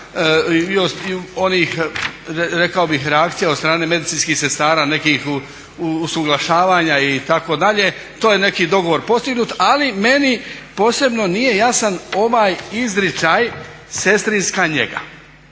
bih reakcija od strane medicinskih sestara nekih u suglašavanja itd. to je neki dogovor postignut ali meni posebno nije jasan ovaj izričaj sestrinska njega,